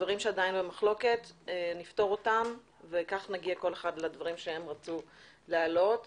הדברים שעדיין במחלוקת נפתור אותם וכך נגיע כל אחד לדברים שרצו להעלות.